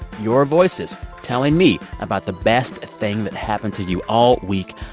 your voices telling me about the best thing that happened to you all week.